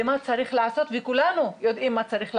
מה צריך לעשות, וכולנו יודעים מה צריך לעשות.